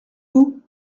vous